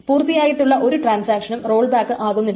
പൂർത്തിയായിട്ടുള്ള ഒരു ട്രാൻസാക്ഷനും roll back ആകുന്നില്ല